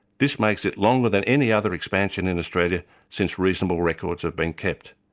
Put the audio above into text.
this makes it longer than any other expansion in australia since reasonable records have been kept.